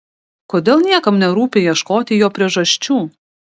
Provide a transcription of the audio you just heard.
kodėl niekam nerūpi ieškoti jo priežasčių